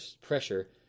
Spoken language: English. pressure